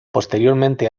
posteriormente